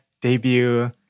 debut